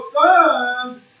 sons